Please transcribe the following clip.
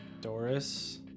doris